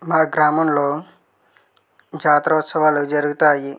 మా గ్రామంలో జాతరోస్తవాలు జరుగుతాయి